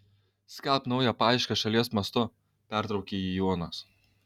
skelbk naują paiešką šalies mastu pertraukė jį jonas